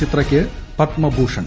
ചിത്രയ്ക്ക് Padma Bhushan